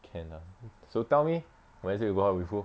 can lah so tell me wednesday you go out with who